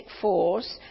force